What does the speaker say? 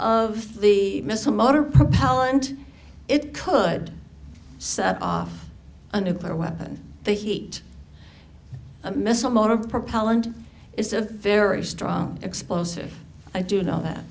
of the missile motor propellant it could set off a nuclear weapon the heat a missile motor propellant is a very strong explosive i do know that